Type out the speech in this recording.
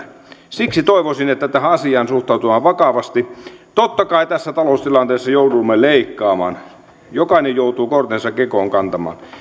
siksi toivoisin että tähän asiaan suhtaudutaan vakavasti totta kai tässä taloustilanteessa joudumme leikkaamaan jokainen joutuu kortensa kekoon kantamaan